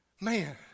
man